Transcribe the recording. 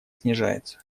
снижается